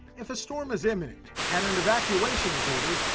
if a storm is imminent and and evacuation is ordered,